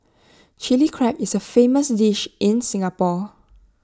Chilli Crab is A famous dish in Singapore